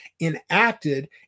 enacted